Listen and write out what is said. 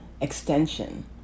extension